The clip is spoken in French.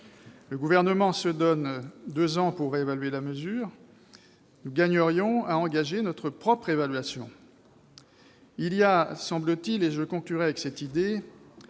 Le Gouvernement se donne deux ans pour évaluer la mesure. Nous gagnerions à engager notre propre évaluation. Il semble qu'il existe, et je conclurai par cette idée,